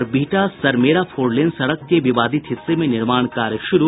और Bihta Sarmera four lane सड़क के विवादित हिस्से में निर्माण कार्य शुरू